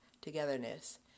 togetherness